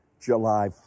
july